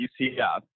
UCF